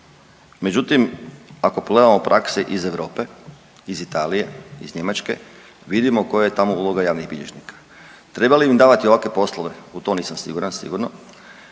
međutim ako pogledamo prakse iz Europe iz Italije, iz Njemačke vidimo koja je tamo uloga javnih bilježnika. Treba li im davati ovakve poslove? U to nisam siguran sigurno